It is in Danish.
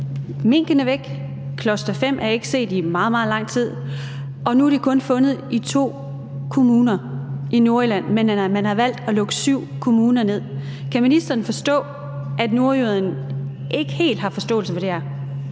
minken er væk og cluster-5 ikke er set i meget, meget lang tid, og nu er den kun fundet i to kommuner i Nordjylland, men man har valgt at lukke syv kommuner ned. Kan ministeren forstå, at nordjyderne ikke helt har forståelse for det her?